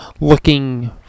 looking